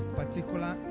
particular